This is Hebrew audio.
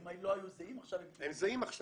הם לא היו זהים, עכשיו הם --- הם זהים עכשיו.